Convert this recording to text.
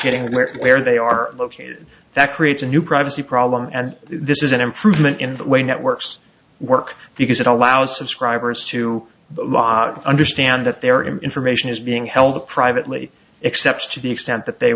getting there where they are located that creates a new privacy problem and this is an improvement in the way networks work because it allows subscribers to understand that their information is being held at privately if except to the extent that they